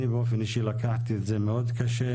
אני באופן אישי לקחתי את זה באופן מאוד קשה.